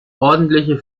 ordentliche